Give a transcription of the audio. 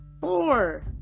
Four